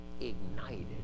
ignited